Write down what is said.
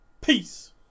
Peace